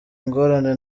ingorane